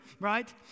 right